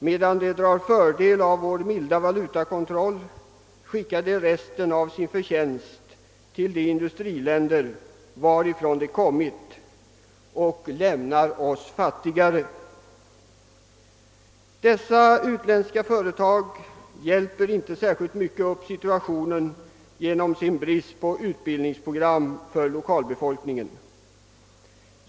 Medan de drar fördel av vår milda valutakontroll, skickar de resten av sin förtjänst till de industriländer, varifrån de kommit — och lämnar oss fattigare. Dessa utländska företag hjälper inte särskilt mycket upp situationen genom sin brist på utbildningsprogram för lokalbefolkningen.